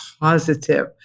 positive